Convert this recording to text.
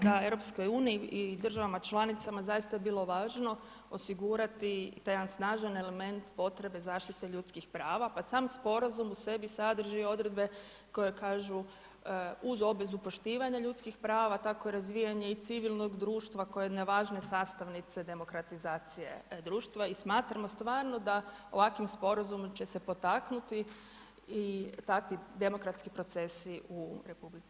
Da, EU i državama članicama je zaista bilo važno osigurati taj jedan snažan element potrebe zaštite ljudskih prava, pa sam Sporazum u sebi sadrži odredbe koje kažu uz obvezu poštivanja ljudskih prava, tako razvijanje i civilnog društva kao jedne važne sastavnice demokratizacije društva, i smatramo stvarno da ovakvim Sporazumom će se potaknuti i takvi demokratski procesi u Republici Kubi.